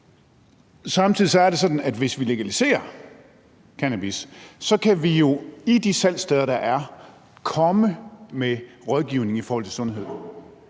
Samtidig er det sådan, at hvis vi legaliserer cannabis, kan vi jo på salgsstederne yde rådgivning i forhold til sundhed.